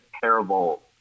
terrible